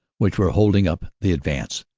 which were holding up the advance.